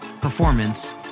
performance